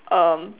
um